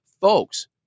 Folks